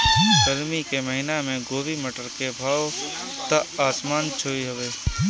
गरमी के महिना में गोभी, मटर के भाव त आसमान छुअत हवे